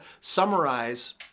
summarize